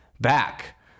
back